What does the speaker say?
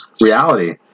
reality